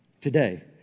today